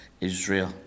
Israel